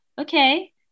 Okay